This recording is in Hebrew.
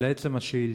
לעצם השאילתה,